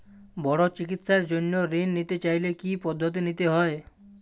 বড় চিকিৎসার জন্য ঋণ নিতে চাইলে কী কী পদ্ধতি নিতে হয়?